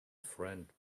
friend